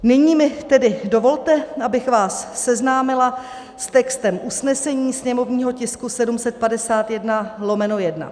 Nyní mi tedy dovolte, abych vás seznámila s textem usnesení sněmovního tisku 751/1.